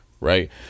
right